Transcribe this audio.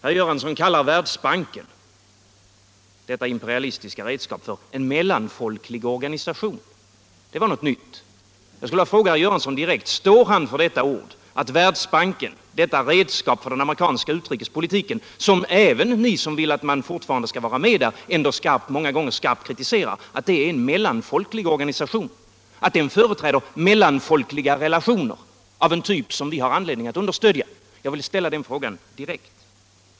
Herr Göransson kallar Världsbanken — detta imperialistiska redskap = för en mellanfolklig organisation. Det var någonting nytt. Jag vill fråga herr Göransson direkt om han står för detta ord, aut Världsbanken —- detta redskap för den amerikanska utrikespolitiken, som även ni som vill att vi fortfarande skall vara med där ändå många gånger skarpt har kritiserat — är en mellanfolklig organisation och att den företräder mellanfolkliga relationer av ett slag som vi har anledning att understödja. Jag vill ställa den frågan direkt.